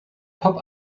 pop